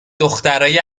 دخترای